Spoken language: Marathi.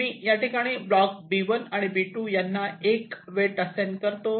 मी याठिकाणी ब्लॉक B1 B2 यांना 1 वेट असाइन करतो